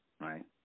Right